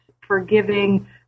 forgiving